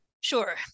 Sure